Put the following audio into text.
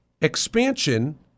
expansion